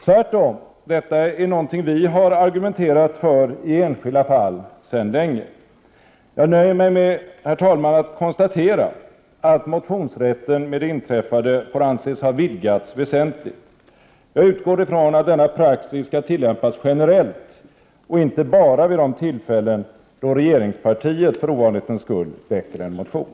Tvärtom är detta något vi har argumenterat för i enskilda fall sedan länge. Jag nöjer mig med att konstatera att motionsrätten med det inträffade får anses ha vidgats väsentligt. Jag utgår ifrån att denna praxis skall tillämpas generellt, och inte bara vid de tillfällen då regeringspartiet för ovanlighetens skull väcker en motion.